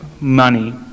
money